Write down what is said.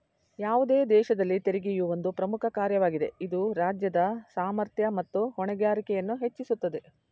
ಯಾವುದೇ ದೇಶದಲ್ಲಿ ತೆರಿಗೆಯು ಒಂದು ಪ್ರಮುಖ ಕಾರ್ಯವಾಗಿದೆ ಇದು ರಾಜ್ಯದ ಸಾಮರ್ಥ್ಯ ಮತ್ತು ಹೊಣೆಗಾರಿಕೆಯನ್ನು ಹೆಚ್ಚಿಸುತ್ತದೆ